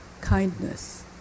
kindness